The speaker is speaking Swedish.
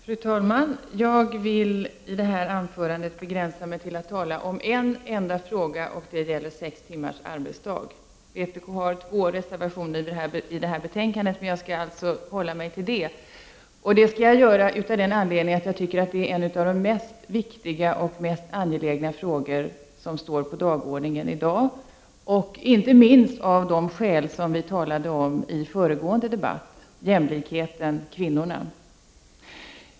Fru talman! Jag vill i detta anförande begränsa mig till att tala om en enda fråga, nämligen frågan om sex timmars arbetsdag. Vpk har i betänkandet två reservationer, men jag avser alltså att hålla mig till denna enda fråga. Jag gör detta av den anledningen att jag anser denna fråga vara en av de viktigaste och mest angelägna som står på dagordningen i dag, detta inte minst på grund av vad som diskuterades i föregående debatt: jämlikheten och kvinnorna.